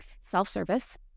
self-service